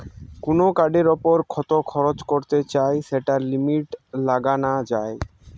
কুনো কার্ডের উপর কত খরচ করতে চাই সেটার লিমিট লাগানা যায়